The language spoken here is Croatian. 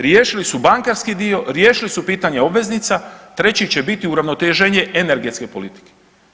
Riješili su bankarski dio, riješili su pitanje obveznica, treći će biti uravnoteženje energetske politike.